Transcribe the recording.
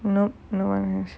no no one has